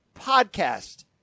podcast